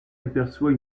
aperçoit